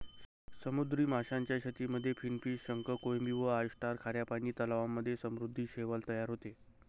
समुद्री माशांच्या शेतीमध्ये फिनफिश, शंख, कोळंबी व ऑयस्टर, खाऱ्या पानी तलावांमध्ये समुद्री शैवाल तयार होते